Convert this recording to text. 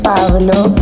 Pablo